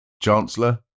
Chancellor